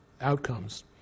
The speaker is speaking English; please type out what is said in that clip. outcomes